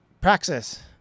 Praxis